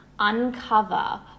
uncover